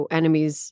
enemies